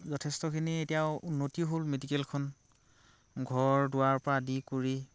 যথেষ্টখিনি এতিয়া উন্নতি হ'ল মেডিকেলখন ঘৰ দুৱাৰ পৰা আদি কৰি